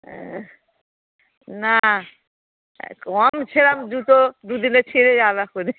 হ্যাঁ না কম সেরকম জুতো দু দিনে ছিঁড়ে যাবে এক্ষুনি